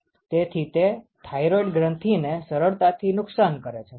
તેથી તે થાઈરોઈડ ગ્રંથીને સરળતાથી નુકશાન કરે છે